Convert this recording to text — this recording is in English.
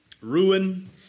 ruin